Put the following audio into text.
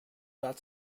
got